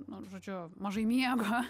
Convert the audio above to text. nu žodžiu mažai miego